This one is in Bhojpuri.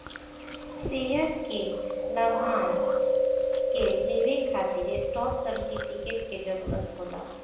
शेयर के लाभांश के लेवे खातिर स्टॉप सर्टिफिकेट के जरूरत होला